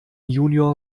junior